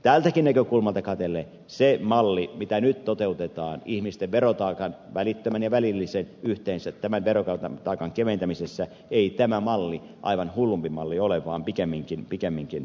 tältäkin näkökulmalta katsellen tämä malli mitä nyt toteutetaan ihmisten verotaakan välittömän ja välillisen yhteensä keventämisessä ei aivan hullumpi ole vaan pikemminkin päinvastoin